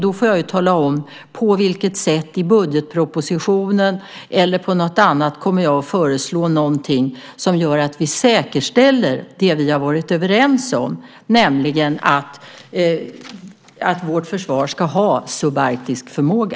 Då får jag tala om på vilket sätt, i budgetpropositionen eller på annat sätt, jag kommer att föreslå någonting som gör att vi säkerställer det vi har varit överens om, nämligen att vårt försvar ska ha subarktisk förmåga.